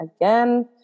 Again